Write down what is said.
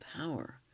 power